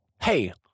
hey